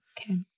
Okay